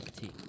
tea